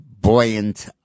buoyant